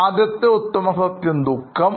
ആദ്യത്തെ ഉത്തമ സത്യം ദുഃഖം